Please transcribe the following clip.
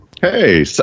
Hey